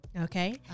okay